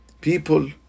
People